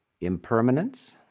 impermanence